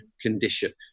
condition